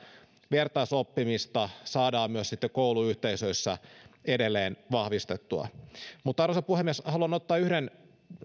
vertaisoppimista saadaan sitten myös kouluyhteisöissä edelleen vahvistettua arvoisa puhemies haluan ottaa tähän keskusteluun yhden